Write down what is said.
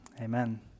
Amen